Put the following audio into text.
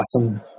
awesome